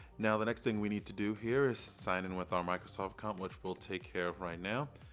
now the next thing we need to do here, is sign in with our microsoft account. which we'll take care of right now.